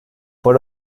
por